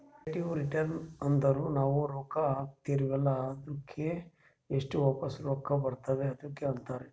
relative return ಅಂದುರ್ ನಾವು ರೊಕ್ಕಾ ಹಾಕಿರ್ತಿವ ಅಲ್ಲಾ ಅದ್ದುಕ್ ಎಸ್ಟ್ ವಾಪಸ್ ರೊಕ್ಕಾ ಬರ್ತಾವ್ ಅದುಕ್ಕ ಅಂತಾರ್